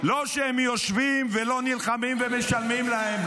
לא שהם יושבים ולא נלחמים ומשלמים להם.